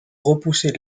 repousser